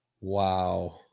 wow